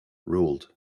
ruled